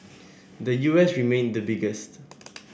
the U S remained the biggest